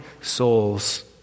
souls